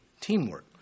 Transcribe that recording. teamwork